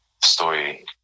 story